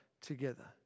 together